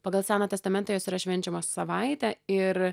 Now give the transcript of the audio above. pagal seną testamentą jos yra švenčiamos savaitę ir